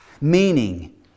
Meaning